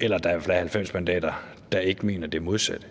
er 90 mandater, der ikke mener det modsatte.